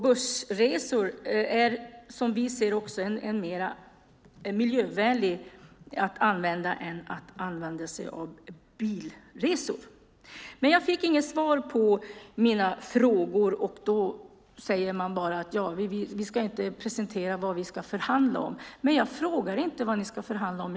Bussresor är mer miljövänliga än bilresor. Jag fick inget svar på mina frågor. Jag fick bara höra att man inte vill presentera vad man ska förhandla om. Jag frågade inte vad ni ska förhandla om.